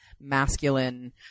masculine